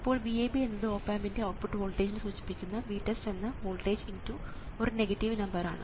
ഇപ്പോൾ VAB എന്നത് op ആമ്പിൻറെ ഔട്ട്പുട്ട് വോൾട്ടേജിനെ സൂചിപ്പിക്കുന്ന VTEST എന്ന വോൾട്ടേജ് × ഒരു നെഗറ്റീവ് നമ്പർ ആണ്